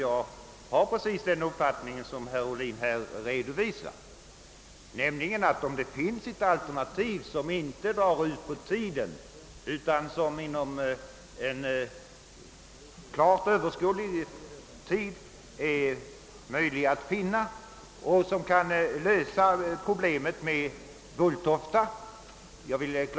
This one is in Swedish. Jag har precis den uppfattning som: herr Ohlin här redovisat: om det finns ett alternativ som inom en klart överskådlig tid är möjligt att genomföra och som kan lösa problemet med Bulltofta, bör det också tas med i beräkningen.